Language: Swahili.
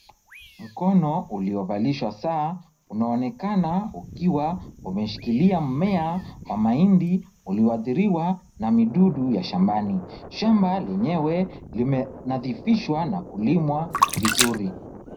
Mkono uliovalishwa saa, unaonekana ukiwa umeshikilia mmea wa mahindi uliowadhiriwa na midudu ya shambani. Shamba lenyewe limenadhifishwa na kulimwa vizuri.